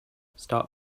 start